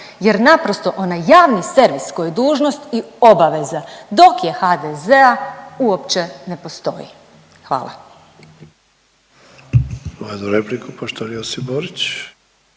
jer naprosto onaj javni servis koji je dužnost i obaveza, dok je HDZ-a uopće ne postoji. Hvala.